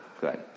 Good